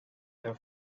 the